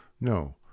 No